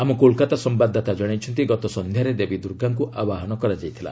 ଆମ କୋଲକାତା ସମ୍ଭାଦଦାତା ଜଣାଇଛନ୍ତି ଗତସନ୍ଧ୍ୟାରେ ଦେବୀ ଦୁର୍ଗାଙ୍କୁ ଆବାହନ କରାଯାଇଥିଲା